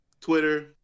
Twitter